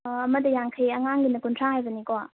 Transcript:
ꯑꯣ ꯑꯃꯗ ꯌꯥꯡꯈꯧ ꯑꯉꯥꯡꯒꯤꯅ ꯀꯨꯟꯊ꯭ꯔꯥ ꯍꯥꯏꯕꯅꯤꯀꯣ